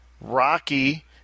Rocky